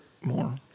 more